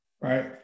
right